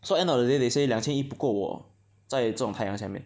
so end of the day they say 两千一不够 orh 在这种太阳下面